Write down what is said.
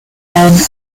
and